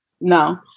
no